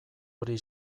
hori